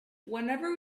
whenever